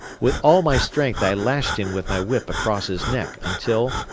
with all my strength i lashed him with my whip across his neck until,